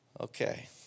Okay